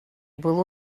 был